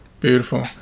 Beautiful